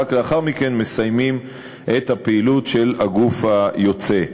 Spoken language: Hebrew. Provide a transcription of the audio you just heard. ורק לאחר מכן מסיימים את הפעילות של הגוף היוצא.